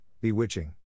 bewitching